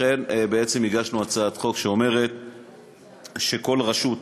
לכן הגשנו הצעת חוק שאומרת שכל רשות